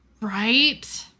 Right